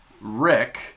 Rick